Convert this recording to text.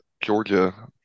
Georgia